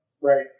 Right